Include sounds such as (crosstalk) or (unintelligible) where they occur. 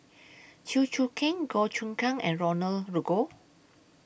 Chew Choo Keng Goh Choon Kang and Roland (unintelligible) Goh